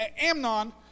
Amnon